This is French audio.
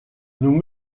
nous